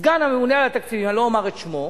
סגן הממונה על התקציבים, אני לא אומר את שמו.